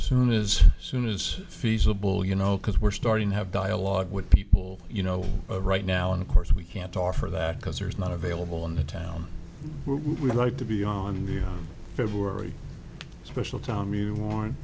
soon as soon as feasible you know because we're starting to have dialogue with people you know right now and of course we can't offer that because there's not available in the town where we'd like to be on the february special time you want